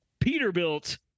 Peterbilt